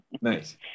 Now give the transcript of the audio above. Nice